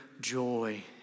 joy